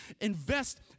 Invest